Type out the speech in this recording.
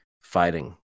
fighting